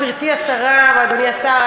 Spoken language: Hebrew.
גברתי השרה ואדוני השר,